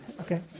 okay